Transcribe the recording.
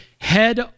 head